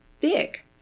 big